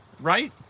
right